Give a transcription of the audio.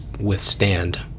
withstand